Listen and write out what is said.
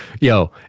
yo